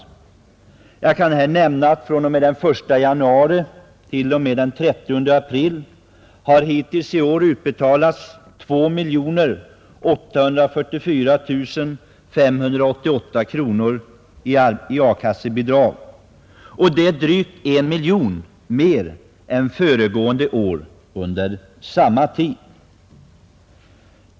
Arbetslösheten inom denna sektor har varit ytterst besvärande hela vintern och uppgick den 15 april till 859 personer varav 60 procent är 50 år eller äldre, utöver detta tillkom målarna med 111 personer och elektrikerna med ytterligare 29 arbetslösa.